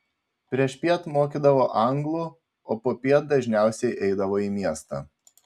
priešpiet mokydavo anglų o popiet dažniausiai eidavo į miestą